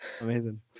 Amazing